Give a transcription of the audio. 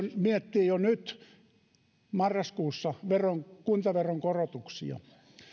miettii jo nyt marraskuussa kuntaveron korotuksia